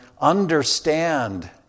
understand